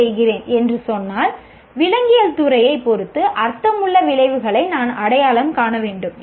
Sc செய்கிறேன் என்று சொன்னால் விலங்கியல் துறையைப் பொறுத்து அர்த்தமுள்ள விளைவுகளை நான் அடையாளம் காண வேண்டும்